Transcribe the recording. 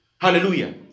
Hallelujah